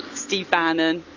steve bannon,